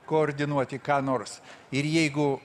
koordinuoti ką nors ir jeigu